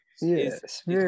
Yes